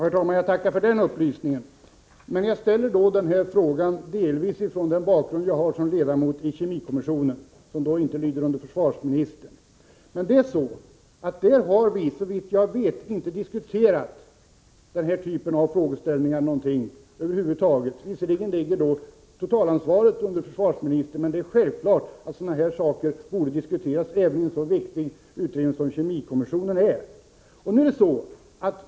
Herr talman! Jag tackar för den upplysningen. Jag ställer min fråga delvis mot den bakgrund jag har som ledamot av kemikommissionen, som inte lyder under försvarsministern. Där har, såvitt jag vet, den här typen av frågeställningar över huvud taget inte diskuterats. Visserligen ligger totalansvaret på försvarsministern, men sådana här saker borde självfallet diskuteras även i en så viktig utredning som kemikommissionen.